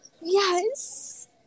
Yes